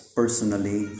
personally